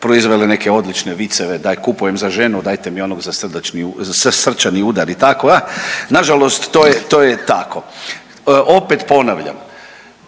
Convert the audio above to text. proizvele neke odlične viceve, daj kupujem za ženu dajte mi onog za srdačni ud…, za srčani udar i tako, a nažalost to je, to je tako. Opet ponavljam,